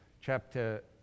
chapter